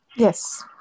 Yes